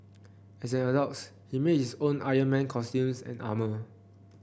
as an adult he makes his own Iron Man costumes and armours